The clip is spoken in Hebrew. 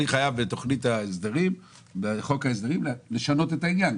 אני חייב בחוק ההסדרים לשנות את העניין?